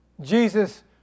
Jesus